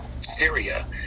Syria